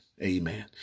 Amen